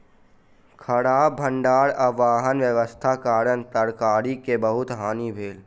खराब भण्डार आ वाहन व्यवस्थाक कारणेँ तरकारी के बहुत हानि भेल